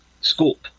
scope